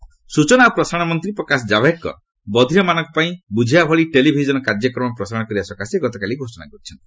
ଜାବ୍ଡେକର ସୂଚନା ଓ ପ୍ରସାରଣ ମନ୍ତ୍ରୀ ପ୍ରକାଶ ଜାଭଡେକର ବଧିରମାନଙ୍କ ପାଇଁ ବୁଝିବା ଭଳି ଟେଲିଭିଜନ୍ କାର୍ଯ୍ୟକ୍ରମ ପ୍ରସାରଣ କରିବା ସକାଶେ ଗତକାଲି ଘୋଷଣା କରିଛନ୍ତି